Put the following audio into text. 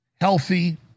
healthy